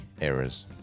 errors